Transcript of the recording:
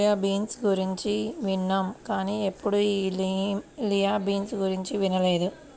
soya bean గురించి విన్నాం కానీ ఎప్పుడూ ఈ లిమా బీన్స్ గురించి వినలేదు